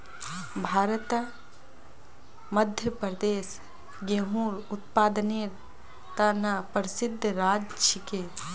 भारतत मध्य प्रदेश गेहूंर उत्पादनेर त न प्रसिद्ध राज्य छिके